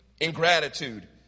ingratitude